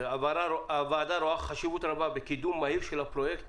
הוועדה רואה חשיבות רבה בקידום מהיר של פרויקט